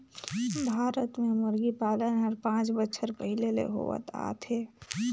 भारत में मुरगी पालन हर पांच बच्छर पहिले ले होवत आत हे